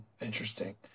Interesting